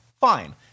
fine